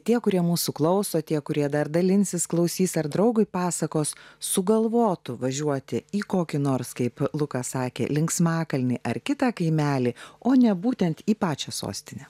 tie kurie mūsų klauso tie kurie dar dalinsis klausys ar draugui pasakos sugalvotų važiuoti į kokį nors kaip lukas sakė linksmakalnį ar kitą kaimelį o ne būtent į pačią sostinę